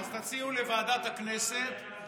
תציעו לוועדת הכנסת.